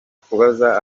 kubaza